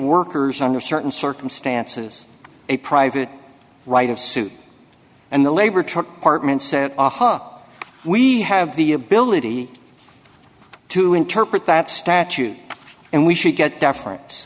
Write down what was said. workers under certain circumstances a private right of suit and the labor took partment said aha we have the ability to interpret that statute and we should get deferen